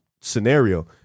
scenario